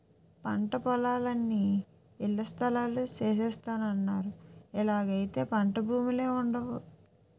పంటపొలాలన్నీ ఇళ్లస్థలాలు సేసస్తన్నారు ఇలాగైతే పంటభూములే వుండవు